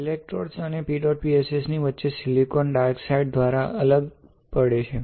electrode અને PEDOTPSS ની વચ્ચે સિલિકોન ડાયોક્સાઇડ દ્વારા અલગ પડે છે